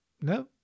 no